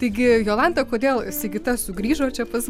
taigi jolanta kodėl sigita sugrįžo čia pas